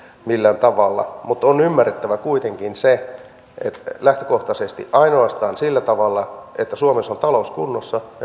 millään tavalla mutta on ymmärrettävä kuitenkin se että lähtökohtaisesti ainoastaan sillä tavalla että suomessa on talous kunnossa